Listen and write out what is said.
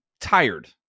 tired